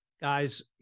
guys